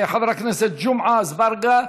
לחבר הכנסת ג'מעה אזברגה.